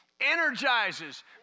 energizes